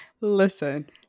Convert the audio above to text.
Listen